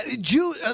Jew